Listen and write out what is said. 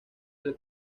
del